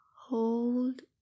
hold